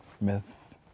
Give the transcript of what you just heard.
myths